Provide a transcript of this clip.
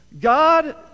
God